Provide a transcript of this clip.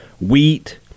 Wheat